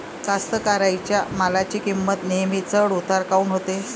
कास्तकाराइच्या मालाची किंमत नेहमी चढ उतार काऊन होते?